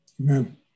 Amen